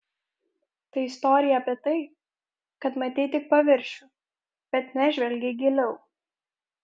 tai istorija apie tai kad matei tik paviršių bet nežvelgei giliau